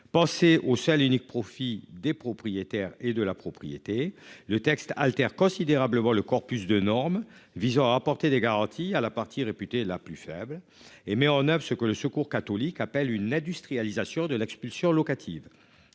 Penser au seul et unique profit des propriétaires et de la propriété. Le texte altère considérablement le corpus de normes visant à apporter des garanties à la partie réputée la plus faible et met en oeuvre ce que le Secours catholique appelle une industrialisation de l'expulsion locative.